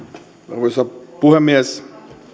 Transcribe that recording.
arvoisa puhemies